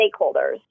stakeholders